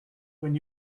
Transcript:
when